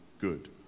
good